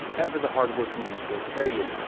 ever the hardworking utilitarian,